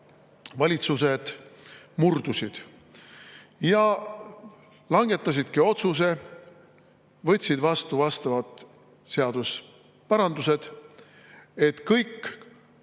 valitsused murdusid ja langetasidki otsuse, võtsid vastu vastavad seaduseparandused, et kõik